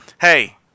Hey